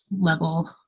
level